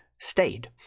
stayed